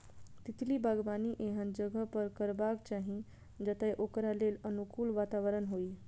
तितली बागबानी एहन जगह पर करबाक चाही, जतय ओकरा लेल अनुकूल वातावरण होइ